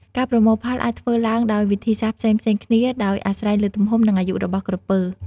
ការប្រមូលផលអាចធ្វើឡើងដោយវិធីសាស្ត្រផ្សេងៗគ្នា ដោយអាស្រ័យលើទំហំ និងអាយុរបស់ក្រពើ។